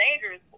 dangerous